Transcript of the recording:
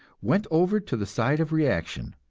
went over to the side of reaction,